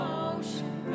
ocean